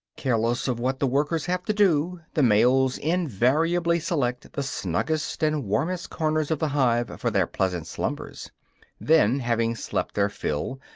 careless of what the workers have to do, the males invariably select the snuggest and warmest corners of the hive for their pleasant slumbers then, having slept their fill,